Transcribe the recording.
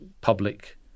public